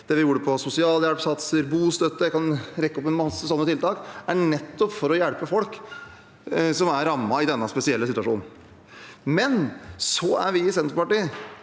det vi gjorde på sosialhjelpssatser, bostøtte – jeg kan trekke opp en masse sånne tiltak – er det nettopp for å hjelpe folk som er rammet i denne spesielle situasjonen. Vi i Senterpartiet